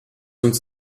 uns